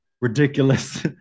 ridiculous